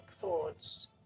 thoughts